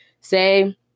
say